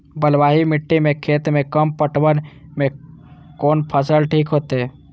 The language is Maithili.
बलवाही मिट्टी के खेत में कम पटवन में कोन फसल ठीक होते?